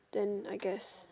then I guess